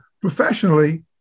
professionally